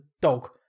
dog